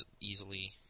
easily